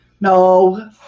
No